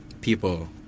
People